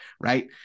right